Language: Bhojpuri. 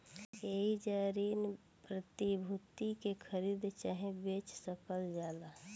एइजा ऋण प्रतिभूति के खरीद चाहे बेच सकल जाला